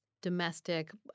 domestic